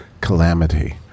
calamity